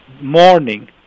morning